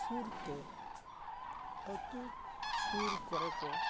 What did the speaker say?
ᱥᱩᱨ ᱛᱮ ᱟᱛᱳ ᱥᱩᱨ ᱠᱚᱨᱮ ᱠᱚ